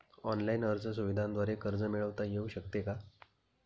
Online अर्ज सुविधांद्वारे कर्ज मिळविता येऊ शकते का?